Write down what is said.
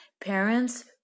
parents